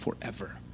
forever